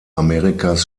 amerikas